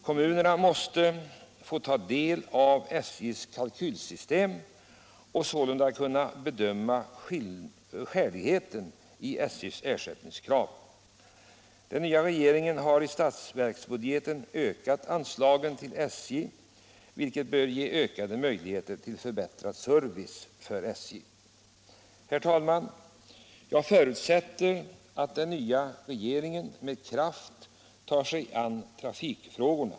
Kommunerna måste få inblick i SJ:s kalkylsystem och sålunda kunna bedöma skäligheten i SJ:s ersättningskrav. Den nya regeringen har i statsbudgeten ökat anslagen till SJ, vilket bör ge ökade möjligheter till förbättrad service för SJ. Allmänpolitisk debatt Allmänpolitisk debatt Herr talman! Jag förutsätter att den nya regeringen med kraft tar sig an trafikfrågorna.